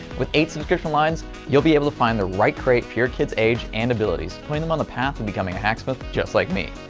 with eight subscription lines you'll be able to find the right crate for your kids age and abilities putting them on the path to and becoming a hacksmith just like me!